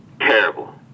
terrible